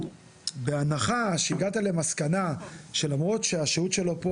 בהנחה והגעת למסקנה שהשהות שלו פה